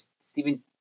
Stephen